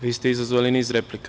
Vi ste izazvali niz replika.